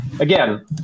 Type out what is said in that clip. Again